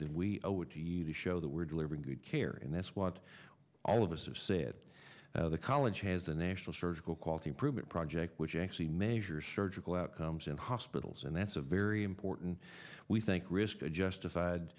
then we owe it to you to show that we're delivering the care and that's what all of us have said the college has a national surgical quality improvement project which actually measures surgical outcomes in hospitals and that's a very important we think risk a justified